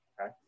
okay